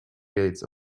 gates